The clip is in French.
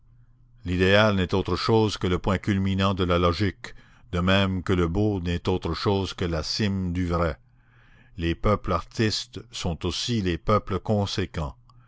l'idéal n'est autre chose que le point culminant de la logique de même que le beau n'est autre chose que la cime du vrai les peuples artistes sont aussi les peuples conséquents